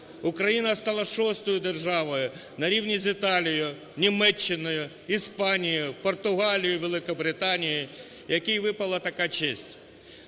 Україна стала шостою державою, на рівні з Італією, Німеччиною, Іспанією, Португалією, Великобританією, якій випала така честь.